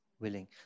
willing